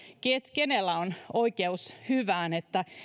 kenellä on oikeus hyvään niin